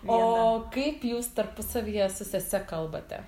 o kaip jūs tarpusavyje su sese kalbate